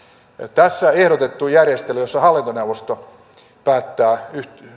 tässä ehdotettu järjestely jossa hallintoneuvosto päättää